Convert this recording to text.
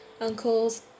uncles